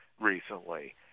recently